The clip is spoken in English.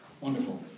Wonderful